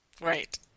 Right